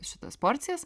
šitas porcijas